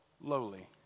lowly